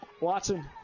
Watson